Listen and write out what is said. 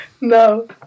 no